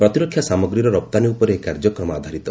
ପ୍ରତିରକ୍ଷା ସାମଗ୍ରୀର ରପ୍ତାନୀ ଉପରେ ଏହି କାର୍ଯ୍ୟକ୍ରମ ଆଧାରିତ